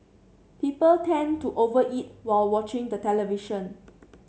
people tend to over eat while watching the television